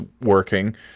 working